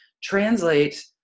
translate